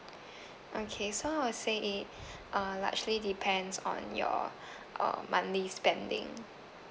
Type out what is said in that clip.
okay so I'll say it uh largely depends on your uh monthly spending